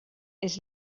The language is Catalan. est